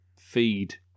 feed